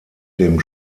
dem